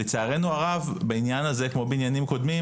לצערנו הרב בעניין הזה כמו בעניינים קודמים